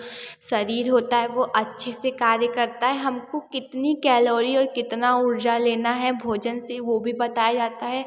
शरीर होता है वह अच्छे से कार्य करता है हमको कितनी कैलोरी और कितना ऊर्जा लेना है भोजन से वह भी बताया जाता है